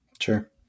Sure